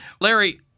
Larry